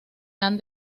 han